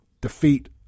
defeat